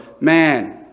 man